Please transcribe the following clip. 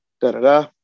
da-da-da